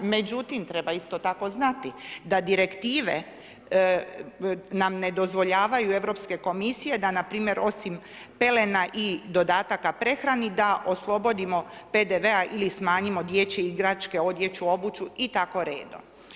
Međutim, treba isto tako znati da direktive nam ne dozvoljavaju Europske komisije da npr. osim pelena i dodataka prehrani da oslobodimo PDV-a ili smanjimo dječje igračke, odjeću, obuću i tako redom.